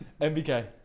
MBK